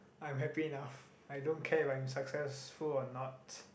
I'm happy enough I don't care if I'm successful or not